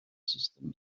sustem